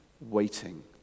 waiting